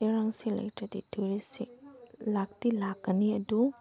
ꯏꯔꯥꯡꯁꯦ ꯂꯩꯇ꯭ꯔꯗꯤ ꯇꯨꯔꯤꯁꯁꯦ ꯂꯥꯛꯇꯤ ꯂꯥꯛꯀꯅꯤ ꯑꯗꯨ